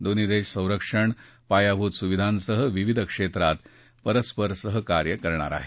दोन्ही देश संरक्षण पयाभूत सुविधांसह विविध क्षेत्रात परस्पर सहाकार्य करणार आहेत